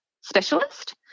specialist